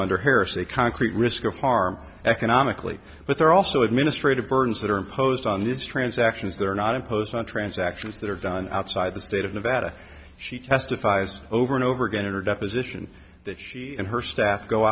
under harris a concrete risk of harm economically but there are also administrative burdens that are imposed on these transactions that are not imposed on transactions that are done outside the state of nevada she testifies over and over again in her deposition that she and her staff go